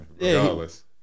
regardless